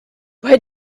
where